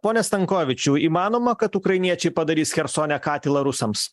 pone stankovičiau įmanoma kad ukrainiečiai padarys chersone katilą rusams